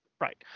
Right